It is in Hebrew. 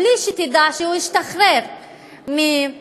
בלי שתדע שהוא השתחרר מבית-הכלא,